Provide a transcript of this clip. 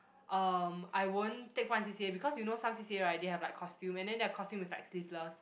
um I won't take part in C_C_A because you know some C_C_A right they have like costume and then their costume is like sleeveless